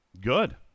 Good